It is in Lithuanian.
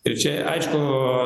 ir čia aišku